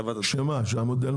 מה אומר המודל?